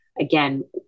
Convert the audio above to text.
again